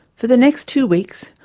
for the next two weeks,